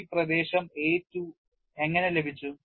ഈ പ്രദേശം A 2 എങ്ങനെ ലഭിച്ചു